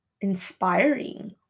inspiring